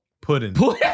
Pudding